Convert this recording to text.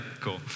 cool